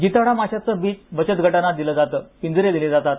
जिताडा माशांचं बीज बचतगटांना दिल जात पिंजरे दिले जातात